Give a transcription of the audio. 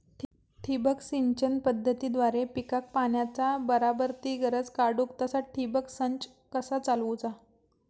ठिबक सिंचन पद्धतीद्वारे पिकाक पाण्याचा बराबर ती गरज काडूक तसा ठिबक संच कसा चालवुचा?